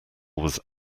was